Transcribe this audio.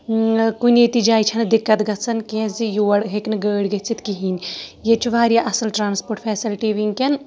کُنی تہِ جایہِ چھےٚ نہ دِکت گژھن کیٚنٛہہ زِ یوڑ ہٮ۪کہِ نہٕ گٲڑۍ گژھِتھ کِہینۍ ییٚتہِ چھُ واریاہ اَصٕل ٹرانَسپوٹ فیسلٹی وٕنکیٚن